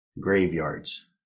Graveyards